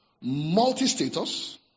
multi-status